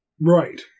Right